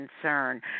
concern